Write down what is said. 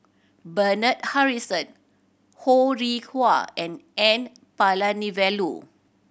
Bernard Harrison Ho Rih Hwa and N Palanivelu